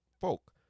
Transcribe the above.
folk